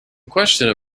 questioned